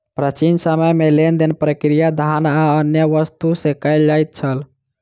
प्राचीन समय में लेन देन प्रक्रिया धान आ अन्य वस्तु से कयल जाइत छल